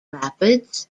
rapids